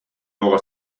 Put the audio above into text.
luogo